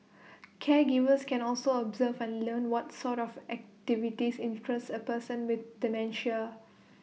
caregivers can also observe and learn what sort of activities interest A person with dementia